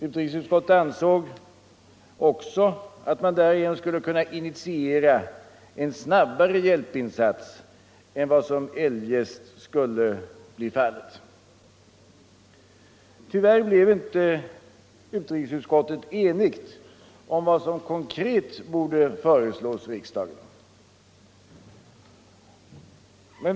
Utrikesutskottet ansåg också att man därigenom skulle kunna initiera en snabbare hjälpinsats än vad som eljest skulle bli fallet. Tyvärr blev inte utrikesutskottet enigt om vad som konkret borde föreslås riksdagen.